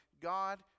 God